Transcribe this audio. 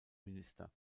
minister